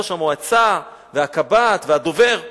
ראש המועצה והקב"ט והדובר אומרים: